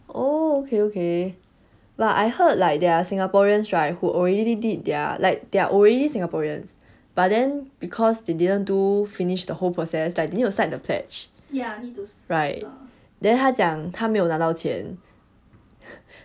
oh okay okay but I heard like there are singaporeans right who already did their like they're already singaporeans but then because they didn't do finish the whole process like you need to recite the pledge right then 他讲他没有拿到钱